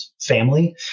family